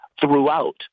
throughout